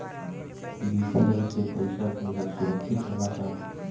UPI से पैसा भेजल सुरक्षित होला का?